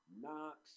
Knox